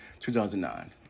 2009